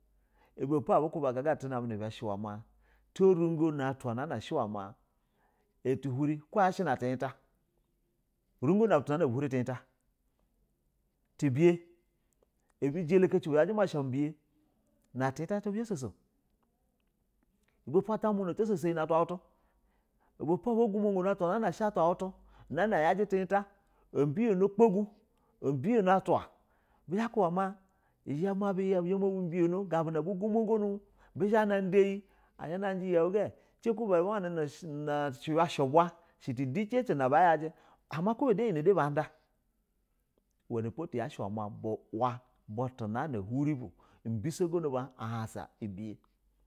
Ibepo na gana ati name shi iwe ma te rugo na atwa na shi iwe ma ati hiru, rugo na butu na bi huri tiyita tebiye na abi zho bososo ibepo atamuna ato soso iyi na atwa wutu, ibepo obogumoni na na yijita obiyono gbagu ogbiye atwa i za bi ya gabi na bu gono nu bi, bi zha ba yi yeu ce ku ba wan ni shi uya ɛvwa titi ce na baya iwenepo bi soso no bu ahannasa biye.